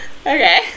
Okay